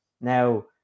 Now